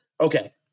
Okay